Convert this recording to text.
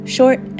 Short